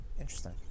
Interesting